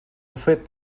fet